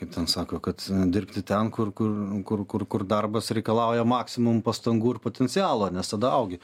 kaip ten sako kad dirbti ten kur kur kur kur kur darbas reikalauja maksimum pastangų ir potencialo nes tada augi